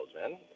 man